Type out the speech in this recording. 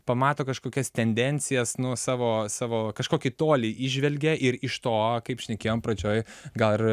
pamato kažkokias tendencijas nu savo savo kažkokį tolį įžvelgia ir iš to kaip šnekėjom pradžioj gal ir